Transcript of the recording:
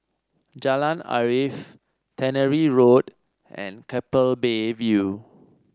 Jalan Arif Tannery Road and Keppel Bay View